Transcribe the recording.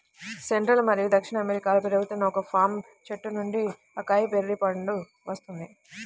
central మరియు దక్షిణ అమెరికాలో పెరుగుతున్న ఒక పామ్ చెట్టు నుండి అకాయ్ బెర్రీ పండు వస్తుంది